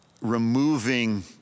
removing